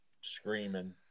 screaming